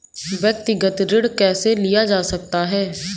व्यक्तिगत ऋण कैसे लिया जा सकता है?